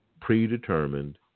predetermined